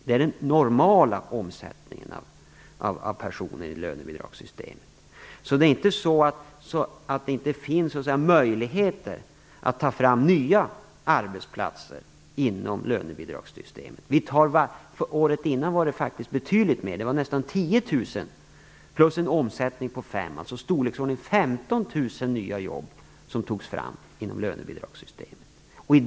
Det är den normala omsättningen av personer i lönebidragssystemet. Det är inte så att det inte finns möjligheter att ta fram nya arbetsplatser inom lönebidragssystemet. Året innan var det faktiskt betydligt fler, det var nästan 10 000 förutom en omsättning på 5 000, alltså storleksordningen 15 000 nya jobb som togs fram inom lönebidragssystemet.